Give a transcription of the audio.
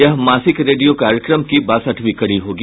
यह मासिक रेडियो कार्यक्रम की बासठवीं कड़ी होगी